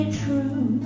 true